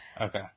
Okay